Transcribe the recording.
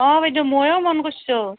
অ বাইদেউ ময়ো মন কৰিছোঁ